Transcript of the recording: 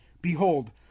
Behold